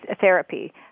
therapy